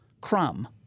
crumb